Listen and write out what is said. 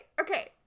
Okay